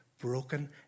broken